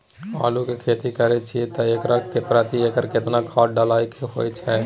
आलू के खेती करे छिये त एकरा मे प्रति एकर केतना खाद डालय के होय हय?